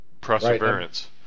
perseverance